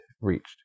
reached